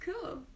cool